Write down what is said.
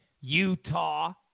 Utah